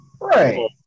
Right